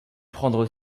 prendre